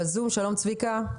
שלום, צביקה.